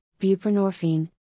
buprenorphine